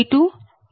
2206 0